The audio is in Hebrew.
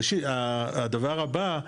הדבר הבא,